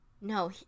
no